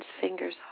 fingers